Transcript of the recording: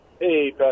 Hey